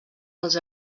dels